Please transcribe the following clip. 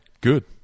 good